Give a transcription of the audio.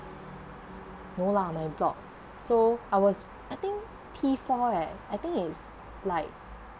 no lah my block so I was I think P four eh I think is like